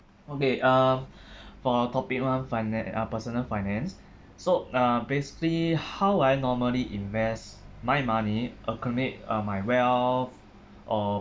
okay uh for topic one finan~ uh personal finance so uh basically how I normally invest my money or commit uh my wealth or